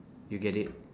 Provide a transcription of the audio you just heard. you get it